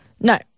No